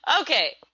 Okay